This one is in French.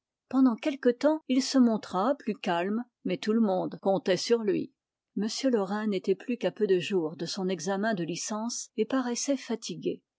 pendant quelque temps il se montra plus calme mais tout le monde comptait sur lui m laurin n'était plus qu'à peu de jours de son examen de licence et paraissait fatigué